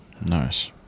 nice